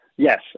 Yes